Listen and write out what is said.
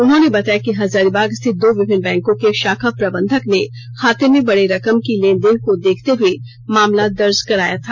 उन्होंने बताया कि हजारीबाग स्थित दो विभिन्न बैंकों के शाखा प्रबंधक ने खाते में बड़े रकम की लेन देन को देखते हए मामला दर्ज कराया था